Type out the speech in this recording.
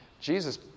Jesus